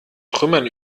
trümmern